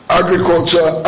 agriculture